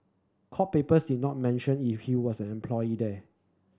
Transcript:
court papers did not mention if he was an employee there